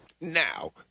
Now